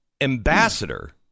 ambassador